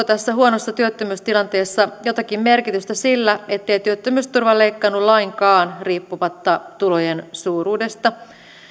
tässä huonossa työllisyystilanteessa jotakin merkitystä sillä ettei työttömyysturva leikkaannu lainkaan riippumatta tulojen suuruudesta